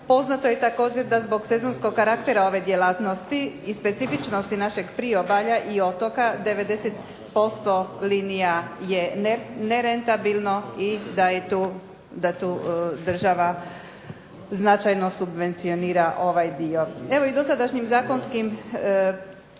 Poznato je također da zbog sezonskog karaktera ove djelatnosti i specifičnosti našeg priobalja i otoka 90% linija je nerentabilno i da tu država značajno subvencionira ovaj dio. Evo i dosadašnjim zakonskim